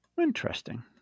Interesting